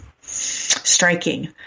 striking